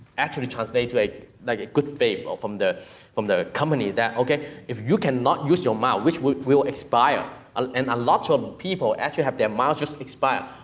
actually translate to a, like a good faith or from the from the company that, ok, if you can not use your miles, which will will expire, and a lot of people, actually, have their miles just expire,